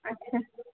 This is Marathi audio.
अच्छा